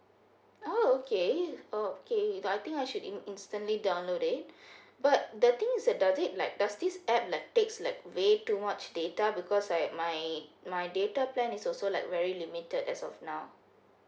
oh okay oh okay I think I should in~ instantly download it but the thing is that does it like does this app like takes like way to much data because like my my data plan is also like very limited as of now